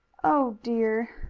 oh, dear!